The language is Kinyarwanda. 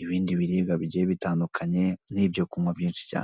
ibindi biribwa bigiye bitandukanye, n'ibyo kunywa byinshi cyane.